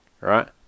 right